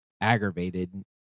aggravated